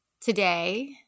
today